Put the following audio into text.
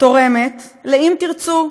תורמת לאם תרצו,